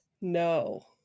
No